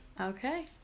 Okay